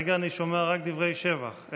כרגע אני שומע רק דברי שבח,